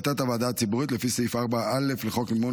ובהחלטת הוועדה הציבורית לפי סעיף 4א לחוק מימון